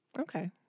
Okay